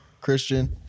Christian